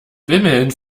bimmelnd